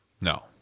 No